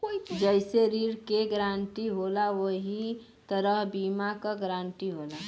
जइसे ऋण के गारंटी होला वही तरह बीमा क गारंटी होला